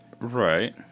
Right